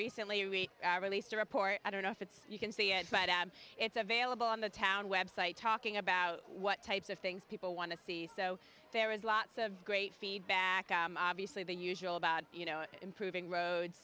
recently we released a report i don't know if it's you can see and find out it's available on the town web site talking about what types of things people want to see so there is lots of great feedback i'm obviously than usual about you know improving roads